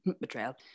betrayal